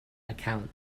account